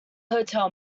hotel